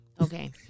Okay